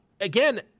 Again